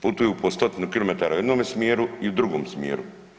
Putuju po stotinu kilometara u jednome smjeru i u drugom smjeru.